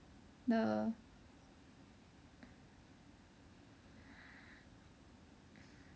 the